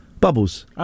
Bubbles